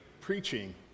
preaching